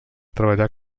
treballar